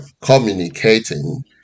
communicating